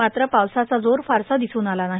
मात्र पावसाचा जोर फारसा दिसून आला नाही